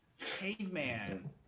Caveman